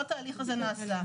כל התהליך הזה נעשה.